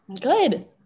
Good